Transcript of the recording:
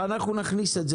אנחנו נכניס את זה